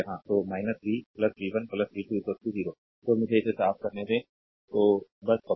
तो v v 1 v 2 0 तो मुझे इसे साफ करने दें तो बस पकड़ें